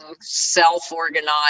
self-organized